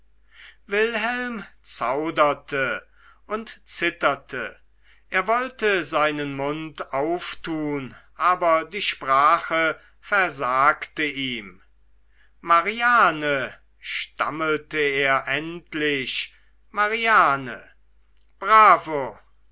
wilhelm zauderte und zitterte er wollte seinen mund auftun aber die sprache versagte ihm mariane stammelte er endlich mariane bravo